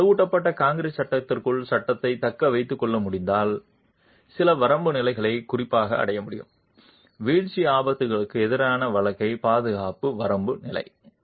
எனவே வலுவூட்டப்பட்ட கான்கிரீட் சட்டகத்திற்குள் சட்டத்தை தக்க வைத்துக் கொள்ள முடிந்தால் சில வரம்பு நிலைகளை குறிப்பாக அடைய முடியும் வீழ்ச்சி ஆபத்துகளுக்கு எதிரான வாழ்க்கை பாதுகாப்பு வரம்பு நிலை